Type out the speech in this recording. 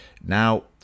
Now